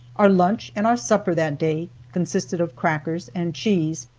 our lunch and our supper that day consisted of crackers and cheese,